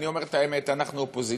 אני אומר את האמת, אנחנו אופוזיציה.